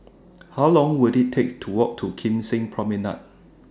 How Long Will IT Take to Walk to Kim Seng Promenade